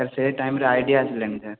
ସେ ଟାଇମ୍ରେ ଆଇଡ଼ିଆ ଆସିଲାନି ସାର୍